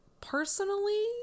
Personally